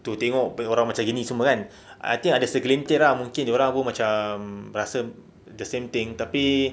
to tengok orang macam gini semua kan I think ada segelintir ah mungkin dorang macam rasa the same thing tapi